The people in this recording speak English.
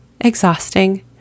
exhausting